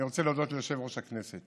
אני רוצה להודות ליושב-ראש הכנסת